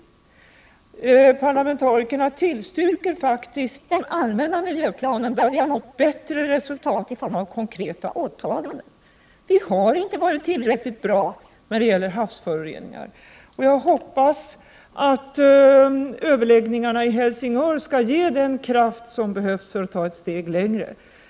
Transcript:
Parlamentarikerna tillstyrker faktiskt den allmänna miljöplanen, där vi har nått bättre resultat i form av konkreta åtaganden. Våra åtgärder mot havsföroreningar har inte varit tillräckligt bra. Jag hoppas att överläggningarna i Helsingör skall ge den kraft som behövs för att vi skall kunna gå ett steg längre.